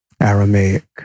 Aramaic